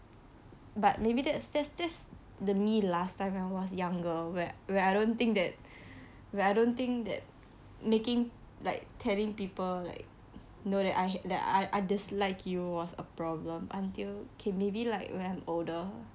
but maybe that's that's this the me last time when I was younger where where I don't think that where I don't think that making like telling people like know that I had that I I dislike you was a problem until okay maybe like when i'm older